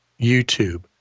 YouTube